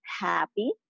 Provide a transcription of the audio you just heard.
happy